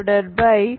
2nn